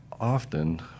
often